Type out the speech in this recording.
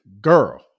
girl